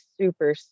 super